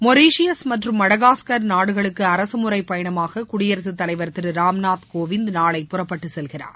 Mauritius மற்றும் Madagascar நாடுகளுக்கு அரசு முறை பயணமாக குடியரசு தலைவர் திரு ராம்நாத் கோவிந்த் நாளை புதுதில்லியில் புறப்பட்டு செல்கிறார்